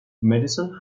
madison